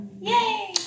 Yay